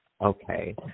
Okay